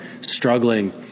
struggling